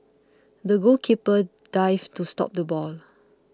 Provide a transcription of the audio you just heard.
the goalkeeper dived to stop the ball